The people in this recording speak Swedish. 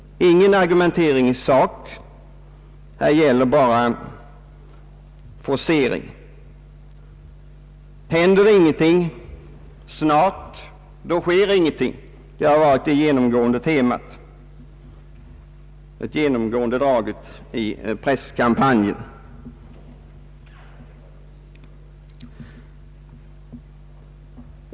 Ingen argumentering i sak. Här gäller bara forcering. Händer ingenting snart då sker heller ingenting. Det har varit ett genomgående drag i presskampanjen.